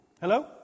Hello